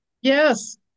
yes